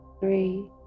three